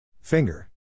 Finger